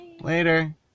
Later